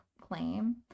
claim